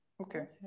Okay